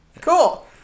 Cool